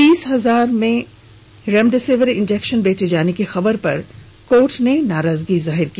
तीस हजार में रेमेडिसिविर इंजेक्शन बेचे जाने की खबर पर कोर्ट ने नाराजगी जाहिर की